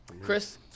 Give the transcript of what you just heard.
Chris